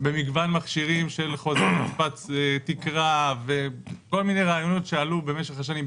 במגוון מכשירים של כל מיני רעיונות שעלו במשך השנים,